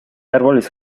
árboles